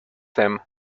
them